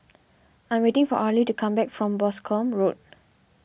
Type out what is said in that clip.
I am waiting for Arlie to come back from Boscombe Road